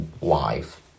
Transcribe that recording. life